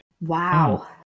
Wow